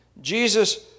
Jesus